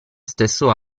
stesso